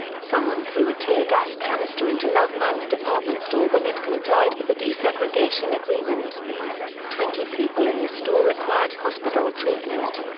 someone threw a tear gas canister into loveman's department store when it complied with the desegregation agreement twenty people in the store required hospital treatment.